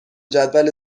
جدول